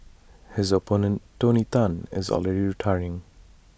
his opponent tony Tan is already retiring